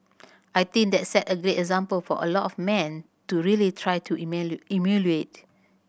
I think that sets a great example for a lot of men to really try to emulate